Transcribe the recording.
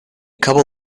couple